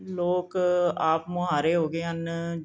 ਲੋਕ ਆਪ ਮੁਹਾਰੇ ਹੋ ਗਏ ਹਨ